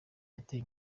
yateye